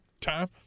time